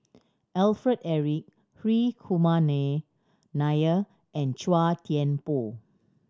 Alfred Eric Hri Kumar Nair and Chua Thian Poh